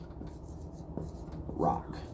rock